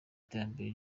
iterambere